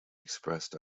expressed